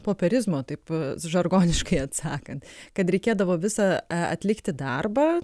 popierizmo taip žargoniškai atsakant kad reikėdavo visą atlikti darbą